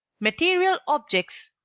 material objects,